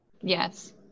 Yes